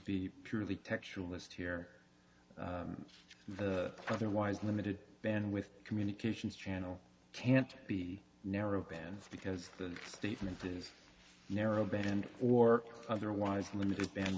be purely textualist here the otherwise limited bandwidth communications channel can't be narrowband because the statement is narrow band or otherwise limited band